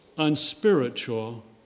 unspiritual